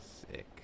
Sick